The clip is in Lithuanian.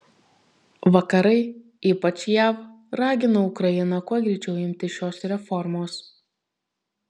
vakarai ypač jav ragino ukrainą kuo greičiau imtis šios reformos